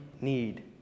need